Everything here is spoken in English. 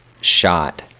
shot